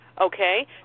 Okay